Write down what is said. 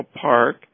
park